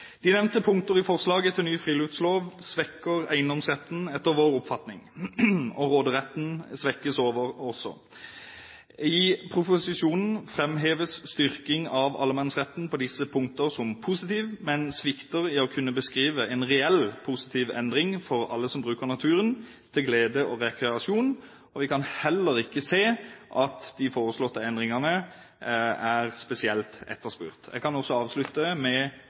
De nevnte punkter i forslaget til ny friluftslov svekker eiendomsretten, etter vår oppfatning. Råderetten svekkes også. I proposisjonen framheves styrking av allemannsretten på disse punkter som positiv, men det svikter når det gjelder å kunne beskrive en reell positiv endring for alle som bruker naturen, til glede og rekreasjon. Vi kan heller ikke se at de foreslåtte endringene er spesielt etterspurt. Jeg kan også avslutte med: